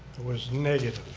it was negative.